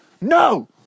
No